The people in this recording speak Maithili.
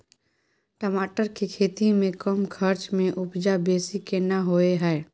टमाटर के खेती में कम खर्च में उपजा बेसी केना होय है?